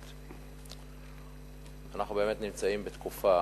אנחנו באמת בתקופה